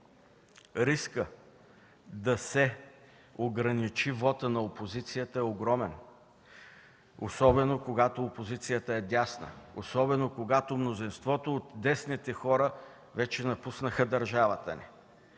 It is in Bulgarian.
рискът да се ограничи вотът на опозицията е огромен, особено когато опозицията е дясна, когато мнозинството от десните хора вече напуснаха държавата ни.